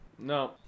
No